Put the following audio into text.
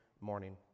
morning